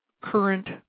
current